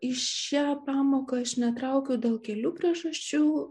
į šią pamoką aš netraukiu dėl kelių priežasčių